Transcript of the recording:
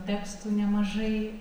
tekstų nemažai